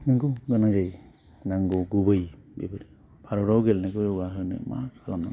नोंगौ गोनां जायो नांगौ गुबै बेफोर भारतआव गेलेनायखौ जौगा होनो मा खालामनांगौ